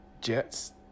Jets